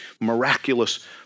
miraculous